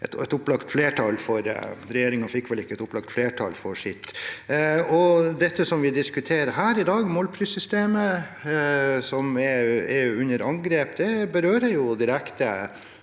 regjeringen fikk vel ikke et opplagt flertall for sitt syn. Det vi diskuterer her i dag, målprissystemet som er under angrep, berører direkte